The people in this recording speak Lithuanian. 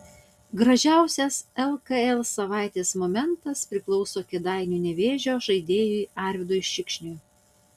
gražiausias lkl savaitės momentas priklauso kėdainių nevėžio žaidėjui arvydui šikšniui